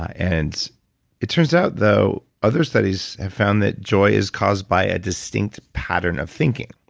and it turns out though, other studies have found that joy is caused by a distinct pattern of thinking.